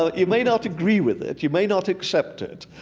ah you may not agree with it, you may not accept it,